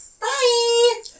Bye